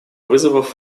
вызовов